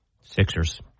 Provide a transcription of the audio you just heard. Sixers